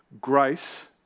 grace